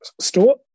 store